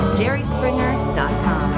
jerryspringer.com